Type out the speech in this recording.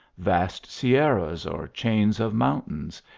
vast sierras or chains of mountains,